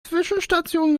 zwischenstation